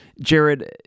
Jared